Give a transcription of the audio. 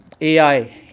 AI